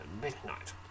midnight